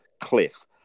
cliff